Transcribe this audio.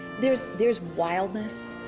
there's there's wildness,